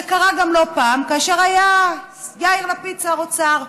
זה קרה גם לא פעם כאשר היה יאיר לפיד שר האוצר.